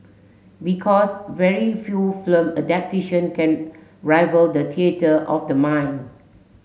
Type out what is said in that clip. because very few film adaptation can rival the theatre of the mind